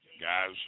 guys